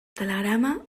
telegrama